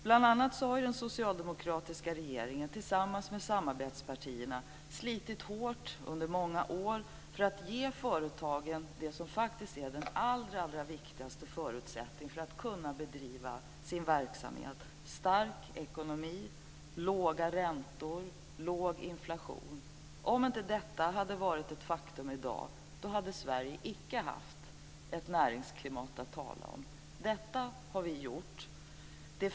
Bl.a. har den socialdemokratiska regeringen tillsammans med samarbetspartierna slitit hårt under många år för att ge företagen det som faktiskt är den allra viktigaste förutsättningen för att bedriva sin verksamhet. Jag talar om stark ekonomi, låga räntor och låg inflation. Om inte dessa saker hade varit ett faktum i dag hade Sverige icke haft ett näringsklimat att tala om. Detta har vi gjort.